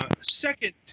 Second